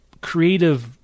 creative